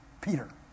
Peter